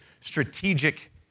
strategic